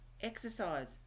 exercise